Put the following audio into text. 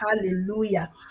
Hallelujah